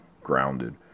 grounded